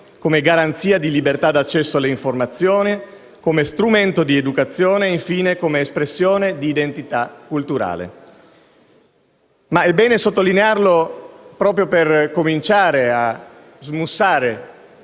come garanzia di libertà di accesso alle informazioni, come strumento di educazione, infine come espressione di identità culturale». Ma - è bene sottolinearlo proprio per cominciare a smussare